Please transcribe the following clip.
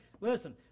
listen